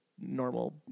normal